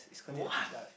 what